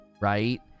right